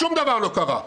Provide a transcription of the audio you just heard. שום דבר לא קרה.